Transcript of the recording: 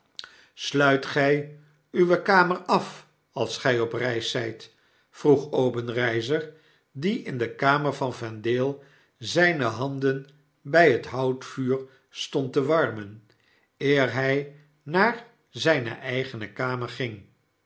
gy uwe kamer af alsgijopreiszjjt vroeg obenreizer die in de kamer van vendale zpe handen bij het houtvuurstondtewarmen eer htj naar zijne eigene kamer ging